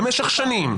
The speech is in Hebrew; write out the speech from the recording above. במשך שנים.